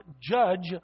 judge